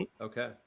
Okay